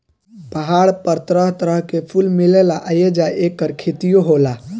पहाड़ पर तरह तरह के फूल मिलेला आ ऐजा ऐकर खेतियो होला